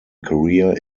career